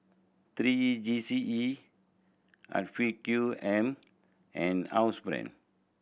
three E G C E Afiq M and Housebrand